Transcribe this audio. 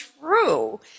true